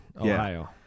ohio